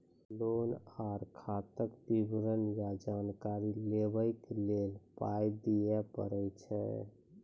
Loan आर खाताक विवरण या जानकारी लेबाक लेल पाय दिये पड़ै छै?